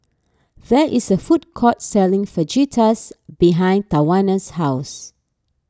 there is a food court selling Fajitas behind Tawanna's house